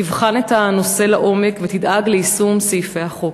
תבחן את הנושא לעומק ותדאג ליישום סעיפי החוק.